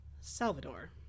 Salvador